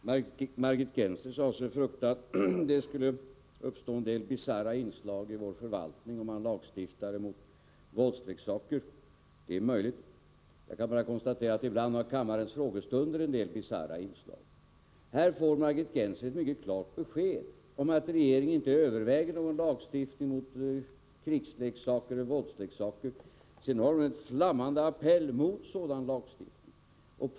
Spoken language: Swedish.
Herr talman! Margit Gennser sade sig frukta att det skulle uppstå en del bisarra inslag i vår förvaltning om vi lagstiftade mot våldsleksaker. Det är möjligt. Jag kan bara konstatera att kammarens frågestunder ibland har en del bisarra inslag. Här får Margit Gennser ett mycket klart besked om att regeringen inte överväger någon lagstiftning mot våldsleksaker. Sedan kommer hon med en flammande appell mot sådan lagstiftning.